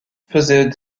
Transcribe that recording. faisait